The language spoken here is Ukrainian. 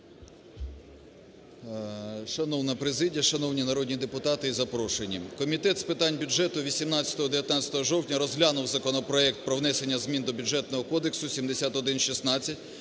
Шановна президія, шановні народні депутати і запрошені, Комітет з питань бюджету 18-19 жовтня розглянув законопроект про внесення змін до Бюджетного кодексу (7116),